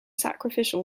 sacrificial